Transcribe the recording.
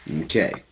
Okay